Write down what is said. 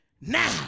now